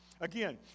Again